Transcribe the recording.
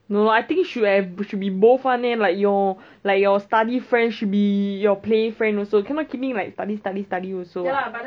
no leh I think should have should be both [one] leh like your like your study friend should be your play friend also cannot keep study study study also [what]